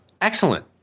excellent